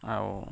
ଆଉ